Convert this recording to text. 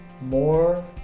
More